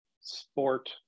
sport